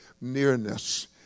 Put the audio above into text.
nearness